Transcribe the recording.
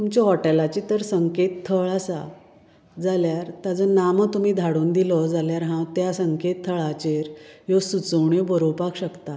तुमच्या हाॅटेलाचें तर संकेत स्थळ आसा जाल्यार ताजो नामो तुमी धाडून दिलो जाल्यार हांव त्या संकेतथळाचेर ह्यो सुचोवण्यो बरोवपाक शकतां